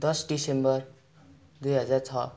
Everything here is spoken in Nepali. दस दिसम्बर दुई हजार छ